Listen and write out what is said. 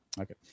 Okay